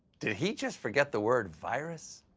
did he just forget the word virus.